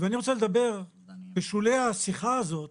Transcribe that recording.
ואני רוצה לדבר בשולי השיחה הזאת